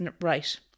right